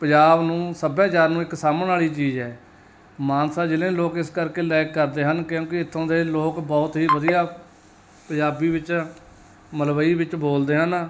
ਪੰਜਾਬ ਨੂੰ ਸੱਭਿਆਚਾਰ ਨੂੰ ਇੱਕ ਸਾਂਭਣ ਵਾਲੀ ਚੀਜ਼ ਹੈ ਮਾਨਸਾ ਜ਼ਿਲ੍ਹੇ ਨੂੰ ਲੋਕ ਇਸ ਕਰਕੇ ਲਾਇਕ ਕਰਦੇ ਹਨ ਕਿਉਂਕਿ ਇੱਥੋਂ ਦੇ ਲੋਕ ਬਹੁਤ ਹੀ ਵਧੀਆ ਪੰਜਾਬੀ ਵਿੱਚ ਮਲਵਈ ਵਿੱਚ ਬੋਲਦੇ ਹਨ